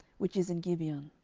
which is in gibeon.